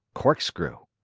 corkscrew!